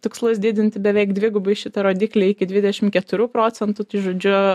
tikslas didinti beveik dvigubai šitą rodiklį iki dvidešimt keturių procentų žodžiu